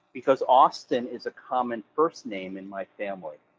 because austin is a common first name in my family.